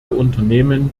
unternehmen